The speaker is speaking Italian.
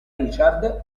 richard